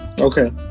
okay